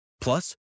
Plus